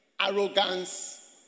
arrogance